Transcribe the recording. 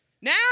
Now